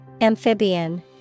Amphibian